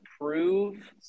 prove